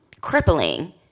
crippling